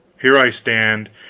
here i stand,